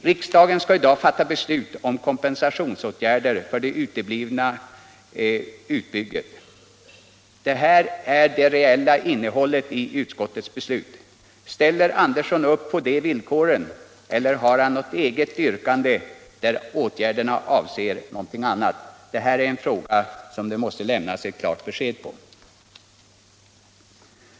Riksdagen skall i dag fatta beslut om kompensationsåtgärder för den uteblivna utbyggnaden. Det är det reella innehållet i utskottets betänkande. Ställer herr Andersson upp på de villkoren eller har han något eget yrkande där åtgärderna avser något annat? Det här är en fråga som det måste lämnas klart besked i.